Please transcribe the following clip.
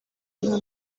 nta